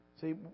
See